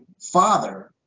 father